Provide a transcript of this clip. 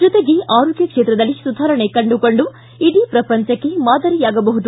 ಜೊತೆಗೆ ಆರೋಗ್ಯ ಕ್ಷೇತ್ರದಲ್ಲಿ ಸುಧಾರಣೆ ಕಂಡುಕೊಂಡು ಇಡೀ ಪ್ರಪಂಚಕ್ಕೆ ಮಾದರಿಯಾಗಬೇಕು